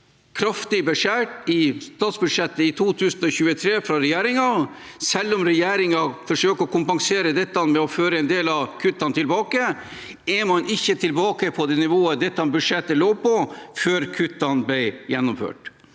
regjeringen i statsbudsjettet i 2023. Selv om regjeringen forsøker å kompensere dette ved å føre en del av kuttene tilbake, er man ikke tilbake på det nivået dette budsjettet lå på før kuttene ble gjennomført.